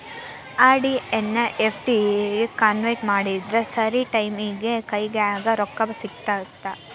RD ಎನ್ನಾ FD ಗೆ convert ಮಾಡಿದ್ರ ಸರಿ ಟೈಮಿಗಿ ಕೈಯ್ಯಾಗ ರೊಕ್ಕಾ ಸಿಗತ್ತಾ